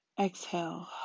exhale